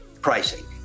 pricing